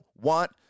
want